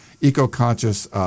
eco-conscious